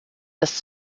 das